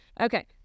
Okay